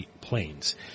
planes